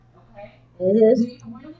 okay